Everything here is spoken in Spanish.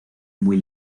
muy